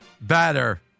better